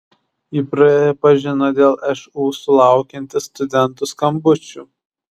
ji pripažino dėl šu sulaukianti studentų skambučių